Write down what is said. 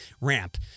ramp